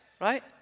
right